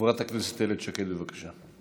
חברת הכנסת איילת שקד, בבקשה.